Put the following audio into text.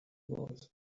was